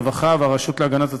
הרווחה והרשות להגנת הצרכן,